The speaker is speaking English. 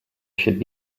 should